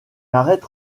arête